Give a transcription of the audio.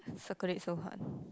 circle it so hard